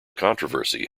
controversy